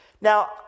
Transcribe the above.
Now